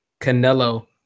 Canelo